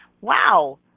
wow